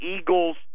Eagles